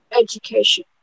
education